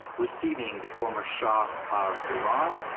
receiving the former shah of iran.